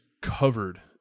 covered